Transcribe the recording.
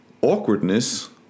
awkwardness